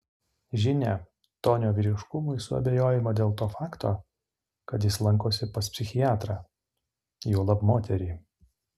žinia tonio vyriškumu suabejojama dėl to fakto kad jis lankosi pas psichiatrą juolab moterį